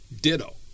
ditto